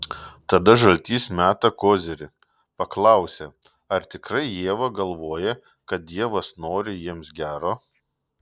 tada žaltys meta kozirį paklausia ar tikrai ieva galvoja kad dievas nori jiems gero